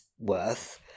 worth